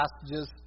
passages